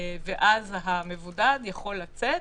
ואז המבודד יכול לצאת,